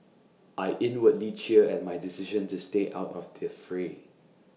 I inwardly cheer at my decision to stay out of the fray